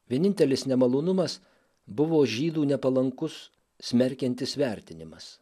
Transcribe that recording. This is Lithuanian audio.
vienintelis nemalonumas buvo žydų nepalankus smerkiantis vertinimas